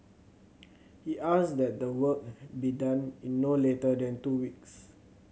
he asked that the work be done in no later than two weeks